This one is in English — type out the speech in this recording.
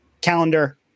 calendar